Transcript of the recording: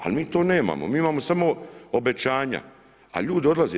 Ali, mi to nemamo, mi imamo samo obećanja, a ljudi odlaze, 2/